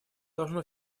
должно